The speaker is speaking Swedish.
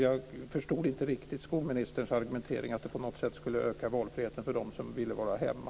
Jag förstod inte riktigt skolministerns argumentering att det på något sätt skulle öka valfriheten för dem som ville vara hemma.